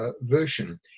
version